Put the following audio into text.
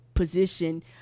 position